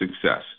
success